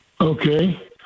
Okay